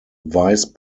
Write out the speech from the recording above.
vice